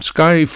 Sky